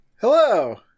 Hello